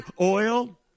oil